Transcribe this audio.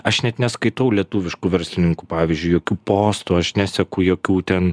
aš net neskaitau lietuviškų verslininkų pavyzdžiui jokių postų aš neseku jokių ten